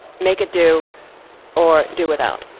make it do or do without.